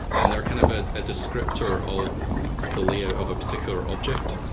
and they're kind of ah a descriptor of the layer of a particular object.